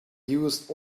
used